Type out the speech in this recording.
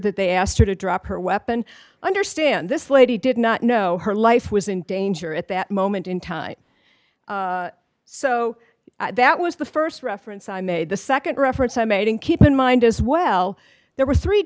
that they asked her to drop her weapon i understand this lady did not know her life was in danger at that moment in time so that was the st reference i made the nd reference i made and keep in mind as well there were three